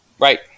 right